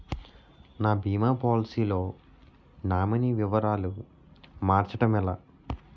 నా భీమా పోలసీ లో నామినీ వివరాలు మార్చటం ఎలా?